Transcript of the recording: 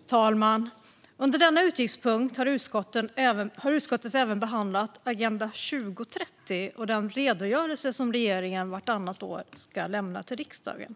Fru talman! Under denna utgiftspunkt har utskottet även behandlat Agenda 2030 och den redogörelse som regeringen vartannat år ska lämna till riksdagen.